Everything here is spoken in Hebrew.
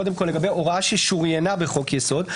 קודם כל, לגבי הוראה ששוריינה בחוק יסוד.